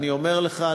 אני אומר לך,